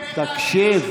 והשרה התחמקה מלתת תשובה,